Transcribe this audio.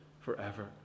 forever